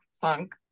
funk